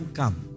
come